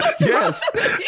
yes